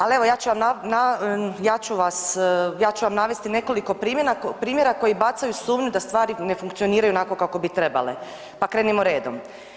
Ali evo ja ću vam navesti nekoliko primjera koji bacaju sumnju da stvari ne funkcioniraju onako kako bi trebale, pa krenimo redom.